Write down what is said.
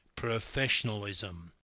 professionalism